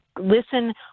listen